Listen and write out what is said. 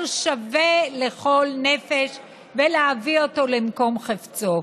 שווה לכל נפש ולהביא אותו למקום חפצו.